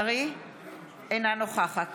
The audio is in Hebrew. אינה נוכחת